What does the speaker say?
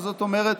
מה זאת אומרת